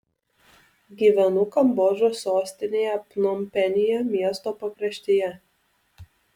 gyvenu kambodžos sostinėje pnompenyje miesto pakraštyje